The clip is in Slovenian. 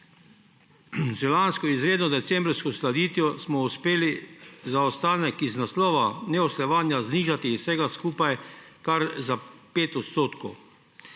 Z lansko izredno decembrsko uskladitvijo smo uspeli zaostanek iz naslova neusklajevanja znižati iz vsega skupaj kar za 5 %. Manko